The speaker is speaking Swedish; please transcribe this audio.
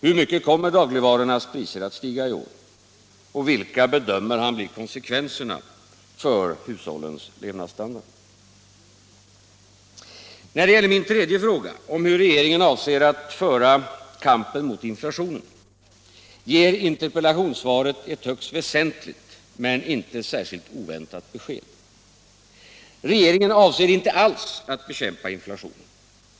Hur mycket kommer dagligvarornas priser att stiga i år, och vilka konsekvenser bedömer herr Bohman att det blir för hushållens levnadsstandard? När det gäller min tredje fråga, om hur regeringen avser att föra kampen mot inflationen, ger interpellationsvaret ett högst väsentligt men inte särskilt oväntat besked: regeringen avser inte alls att bekämpa inflationen!